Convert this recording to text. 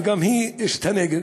וגם היא אשת הנגב,